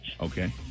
Okay